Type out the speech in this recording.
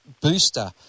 booster